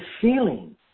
feeling